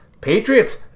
Patriots